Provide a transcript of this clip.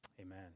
amen